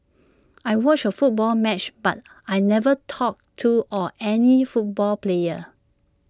I watched A football match but I never talked to or any football player